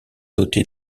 dotés